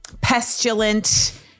pestilent